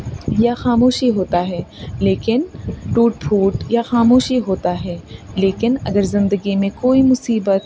یا خاموشی ہوتا ہے لیکن ٹوٹ پھوٹ یا خاموشی ہوتا ہے لیکن اگر زندگی میں کوئی مصیبت